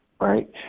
right